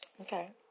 Okay